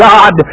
God